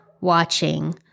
watching